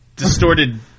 Distorted